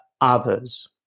others